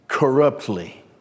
corruptly